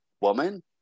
woman